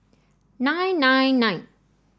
nine nine nine